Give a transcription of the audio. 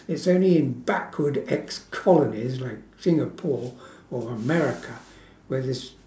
it's only in backward ex-colonies like singapore or america where this